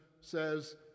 says